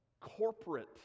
corporate